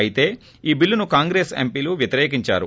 అయితే ఈ బిల్లును కాంగ్రెస్ ఎంపీలు వ్యతిరేకించారు